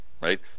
right